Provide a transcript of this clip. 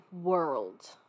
world